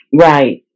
Right